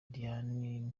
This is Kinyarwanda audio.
daniel